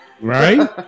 right